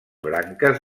branques